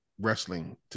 wrestling